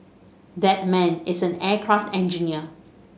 that man is an aircraft engineer